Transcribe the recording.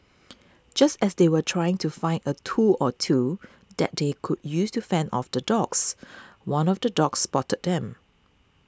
just as they were trying to find a tool or two that they could use to fend off the dogs one of the dogs spotted them